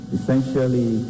Essentially